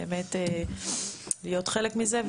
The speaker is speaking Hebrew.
באמת להיות חלק מזה.